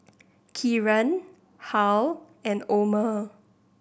Kieran Harl and Omer